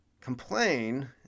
complain